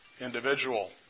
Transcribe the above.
individual